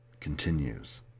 continues